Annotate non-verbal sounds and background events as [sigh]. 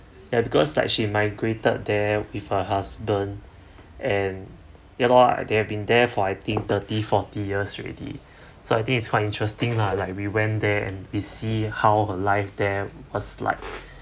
ya because like she migrated there with her husband and ya lor they have been there for I think thirty forty years already [breath] so I think it's quite interesting lah like we went there and we see how her life there was like